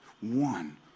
one